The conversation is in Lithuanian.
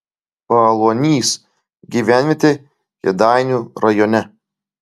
paaluonys gyvenvietė kėdainių rajone